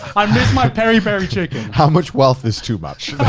i miss my peri-peri chicken. how much wealth is too much?